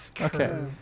Okay